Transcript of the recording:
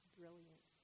brilliant